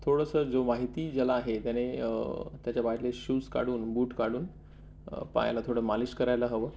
थोडंसं जो माहिती ज्याला आहे त्याने त्याच्या पायतले शूज काढून बूट काढून पायाला थोडं मालिश करायला हवं